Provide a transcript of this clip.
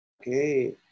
Okay